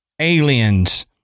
aliens